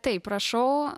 taip rašau